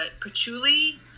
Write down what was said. patchouli